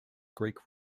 greek